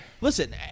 listen